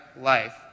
life